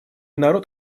народ